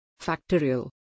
factorial